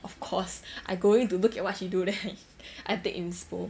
of course I go in to look at what she do then I take inspo